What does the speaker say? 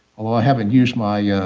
although i haven't used my